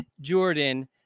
jordan